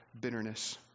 bitterness